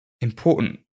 important